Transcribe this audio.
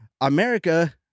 America